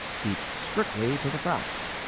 keep strictly to the facts.